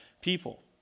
people